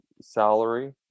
salary